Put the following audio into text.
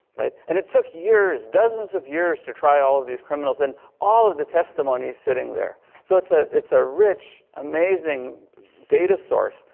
and it took years, dozen's of years to try all of these criminals and all of the testimonies sitting there. so, it's a it's a reach, amazing data source,